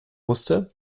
musste